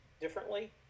differently